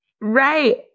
Right